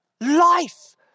Life